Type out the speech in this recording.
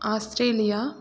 Australia